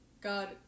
God